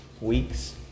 weeks